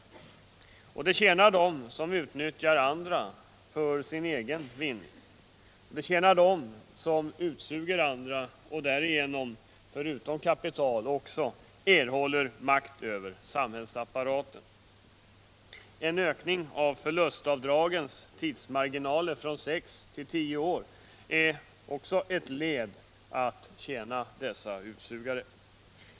Detta system tjänar dem som utnyttjar andra för sin egen vinning. Det tjänar dem som utsuger andra och därigenom -— förutom kapital — också erhåller makt över samhällsapparaten. En ökning av förlustavdragens tidsmarginaler från sex till tio år är ett led att tjäna dessa utsugare.